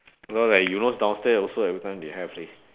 you know like you know downstairs also every time they have leh